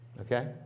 Okay